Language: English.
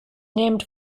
named